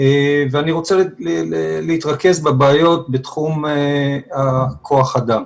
ואני רוצה להתרכז בבעיות בתחום כוח אדם.